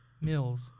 Mills